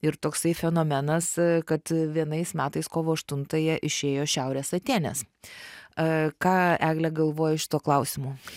ir toksai fenomenas kad vienais metais kovo aštuntąją išėjo šiaurės atėnės ką egle galvoji šituo klausimu